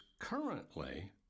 currently